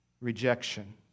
rejection